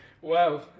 Wow